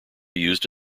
used